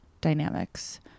dynamics